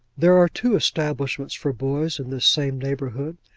there are two establishments for boys in this same neighbourhood.